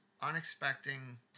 unexpecting